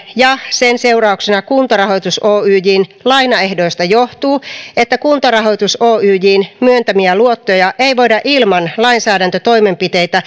ja sen seurauksena kuntarahoitus oyjn lainaehdoista johtuu että kuntarahoitus oyjn myöntämiä luottoja ei voida ilman lainsäädäntötoimenpiteitä